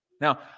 Now